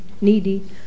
needy